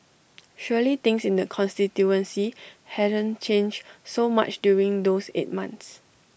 surely things in the constituency haven't changed so much during those eight months